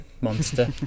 monster